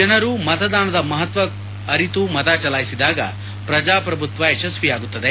ಜನರು ಮತದಾನದ ಮಹತ್ವ ಅರಿತು ಮತ ಚಲಾಯಿಸಿದಾಗ ಪ್ರಜಾಪುಭತ್ವ ಯಶಸ್ವಿಯಾಗುತ್ತದೆ